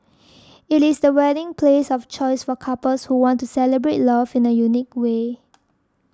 it is the wedding place of choice for couples who want to celebrate love in a unique way